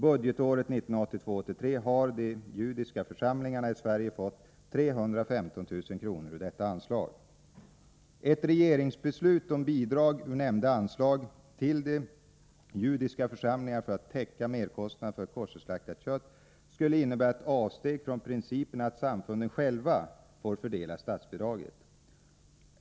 Budgetåret 1982/83 har de judiska församlingarna i Sverige fått 315 000 kr. ur detta-anslag. Ett regeringsbeslut om bidrag ur nämnda anslag till de judiska församlingarna för ått täcka merkostnaderna för koscherslaktat kött skulle innebära ett avsteg från principen att samfunden själva får fördela statsbidraget.